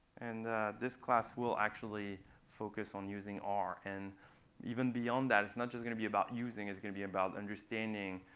and this class will actually focus on using r. and even beyond that, it's not just going to be about using. it's going to be about understanding